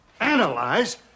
analyze